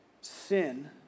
sin